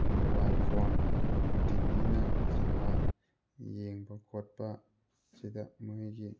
mobile phone ꯇꯤꯕꯤꯅꯆꯤꯡꯕ ꯌꯦꯡꯕ ꯈꯣꯠꯄ ꯁꯤꯗ ꯃꯣꯏꯒꯤ